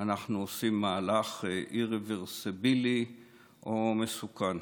עושים מהלך אירוורסבילי או מסוכן.